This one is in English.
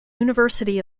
university